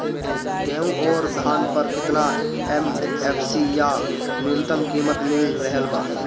गेहूं अउर धान पर केतना एम.एफ.सी या न्यूनतम कीमत मिल रहल बा?